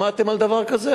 שמעתם על דבר כזה?